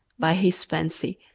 by his fancy,